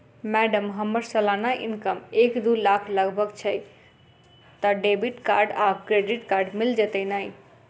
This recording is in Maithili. मैडम हम्मर सलाना इनकम एक दु लाख लगभग छैय तऽ डेबिट कार्ड आ क्रेडिट कार्ड मिल जतैई नै?